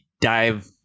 dive